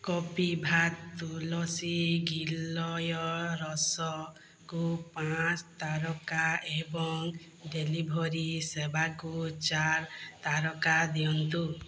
କପିଭା ତୁଳସୀ ଗିଲୟ ରସ କୁ ପାଞ୍ଚ ତାରକା ଏବଂ ଡେଲିଭରି ସେବାକୁ ଚାରି ତାରକା ଦିଅନ୍ତୁ